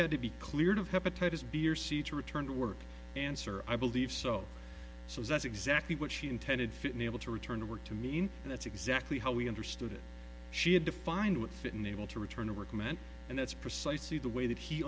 had to be cleared of hepatitis b or c to return to work answer i believe so so that's exactly what she intended finial to return to work to mean and that's exactly how we understood it she had to find what fit and able to return to work meant and that's precisely the way that he